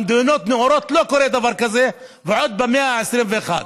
במדינות נאורות לא קורה דבר כזה ועוד במאה ה-21.